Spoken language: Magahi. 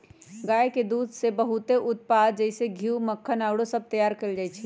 गाय के दूध से बहुते उत्पाद जइसे घीउ, मक्खन आउरो सभ तइयार कएल जाइ छइ